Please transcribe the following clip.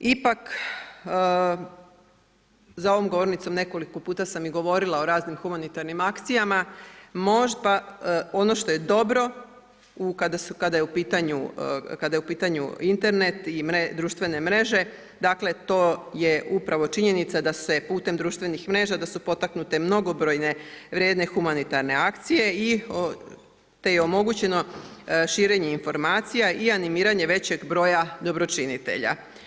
Ipak, za ovom govornicom nekoliko puta sam i govorila o raznim humanitarnim akcijama, možda ono što je dobro kada je u pitanju Internet i društvene mreže, dakle to je upravo činjenica da se putem društvenih mreža da su potaknute mnogobrojne vrijedne humanitarne akcije te je omogućeno širenje informacija i animiranje većeg broja dobročinitelja.